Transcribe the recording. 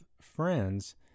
friends